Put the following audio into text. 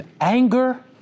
anger